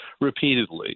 repeatedly